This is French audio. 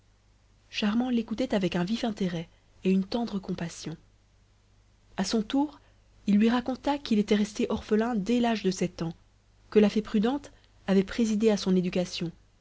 charmant l'écoutait avec un vif intérêt et une tendre compassion a son tour il lui raconta qu'il était resté orphelin dès l'âge de sept ans que la fée prudente avait présidé à son éducation